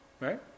Right